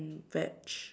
veg